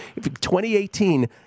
2018